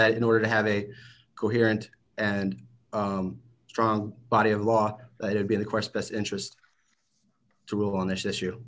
that in order to have a coherent and strong body of law it'd be the course best interest to rule on this issue